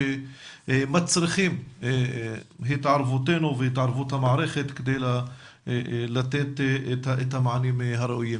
שמצריכים התערבותנו והתערבות המערכת כדי לתת את המענים הראויים,